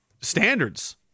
standards